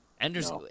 Ender's